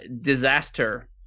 disaster